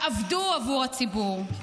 תעבדו עבור הציבור.